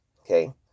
Okay